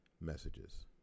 messages